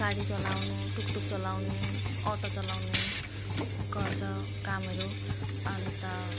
गाडी चलाउनु टुकटुक चलाउनु अटो चलाउनु गर्छ कामहरू अन्त